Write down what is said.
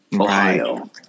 Ohio